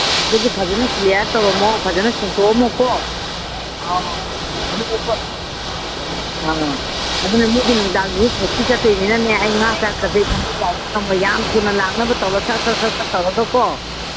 ꯑꯗꯨꯗꯤ ꯐꯖꯅ ꯀ꯭ꯂꯤꯌꯥꯔ ꯇꯧꯔꯝꯃꯣ ꯐꯖꯅ ꯁꯦꯡꯗꯣꯛꯑꯝꯃꯣꯀꯣ ꯑꯧ ꯑꯥ ꯑꯗꯨꯅ ꯃꯤꯒꯤ ꯅꯨꯡꯗꯥꯡꯁꯨ ꯁꯣꯁꯇꯤ ꯆꯠꯇꯣꯏꯅꯤꯅꯅꯦ ꯑꯩ ꯉꯥ ꯆꯥꯛꯀꯁꯦ ꯏꯟꯊꯟꯗ ꯌꯥꯏꯕ ꯉꯝꯃꯣꯏ ꯌꯥꯝ ꯊꯨꯅ ꯂꯥꯛꯅꯕ ꯇꯧꯔꯣ ꯁꯠ ꯁꯠ ꯁꯠ ꯇꯧꯔꯒ ꯀꯣ